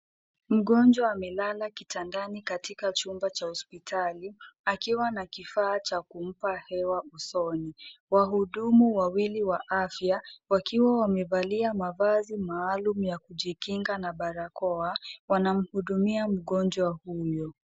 Mgonjwa amelala kitandani katika chumba cha hospitali akiwa na kifaa cha kumpa hewa usoni. Wahudumu wawili wa afya wakiwa wamevalia mavazi maalum ya kujikinga na barakoa wanamhudumia mgonjwa huyo.